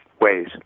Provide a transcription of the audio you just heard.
ways